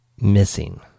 missing